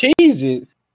Cheeses